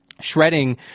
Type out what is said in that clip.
shredding